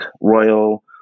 Royal